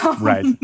Right